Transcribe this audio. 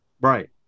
Right